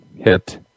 hit